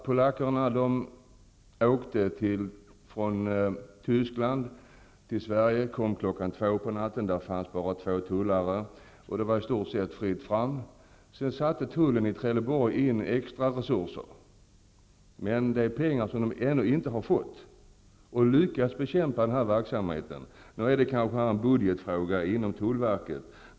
Polackerna åkte från Tyskland till Sverige och kom kl. 2 på natten. Då fanns det bara två tullare, och det var i stort sett fritt fram. Sedan satte tullen i Trelleborg in extra resurser -- för pengar som man ännu inte har fått -- och lyckades bekämpa den här verksamheten. Nu är det kanske en budgetfråga inom tullverket.